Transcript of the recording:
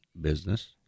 business